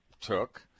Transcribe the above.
took